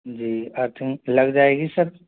जी earthing लग जाएगी sir